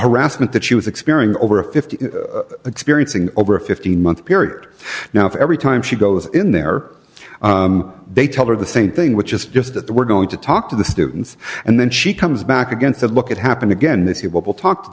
harassment that she was experiencing over a fifty experiencing over a fifteen month period now if every time she goes in there they tell her the same thing which is just that they were going to talk to the students and then she comes back against that look at happened again that he will talk to